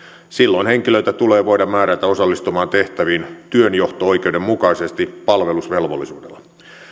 silloin henkilöitä tulee voida määrätä osallistumaan tehtäviin työnjohto oikeuden mukaisesti palvelusvelvollisuudella